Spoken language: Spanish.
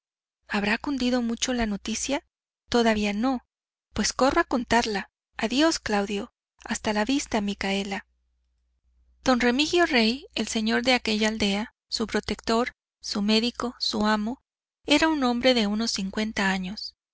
habrá cundido mucho la noticia todavía no pues corro a contarla adiós claudio hasta la vista micaela don remigio rey el señor de aquella aldea su protector su médico su amo era un hombre de unos cincuenta años